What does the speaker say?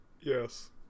yes